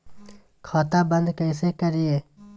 खाता बंद कैसे करिए?